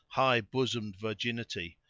high bosomed virginity,